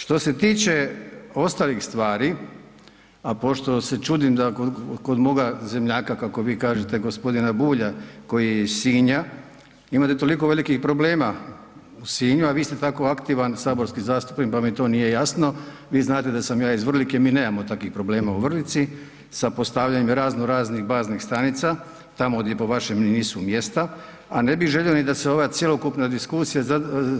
Što se tiče ostalih stvari, a pošto se čudim da kod moga zemljaka kako vi kažete, gospodina Bulja, koji je iz Sinja, imate toliko velikih problema u Sinju, a vi ste tako aktivan saborski zastupnik, pa mi to nije jasno, vi znate da sam ja iz Vrlike, mi nemamo takvih problema u Vrlici sa postavljanjem razno raznih baznih stanica, tamo gdje po vašem ni nisu mjesta, a ne bih želio ni da se ova cjelokupna diskusija